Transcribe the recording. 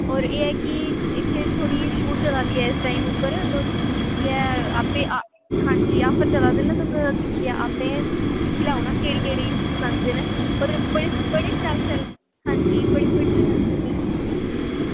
और एह् ऐ की इत्थै थोह्ड़ी छूट चला दी ऐ इस टाइम उप्पर तुस दिक्खियै आपे हांजी आफर चला दे न तुस दिक्खियै आपें दिक्खी लैओ ना केह्ड़ी केह्ड़ी पसंद दे नै बड़े शैल शैल हांजी बड़े शैल शैल कलर चले दे न इद्धर